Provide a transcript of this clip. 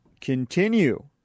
continue